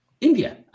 India